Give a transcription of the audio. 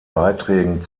beiträgen